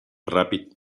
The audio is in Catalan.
ràpid